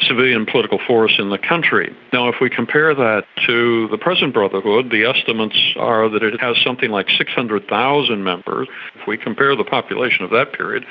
civilian political force in the country. now, if we compare that to the present brotherhood, the estimates are that it it has something like six hundred thousand members. if we compare the population of that period,